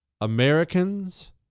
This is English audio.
Americans